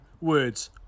words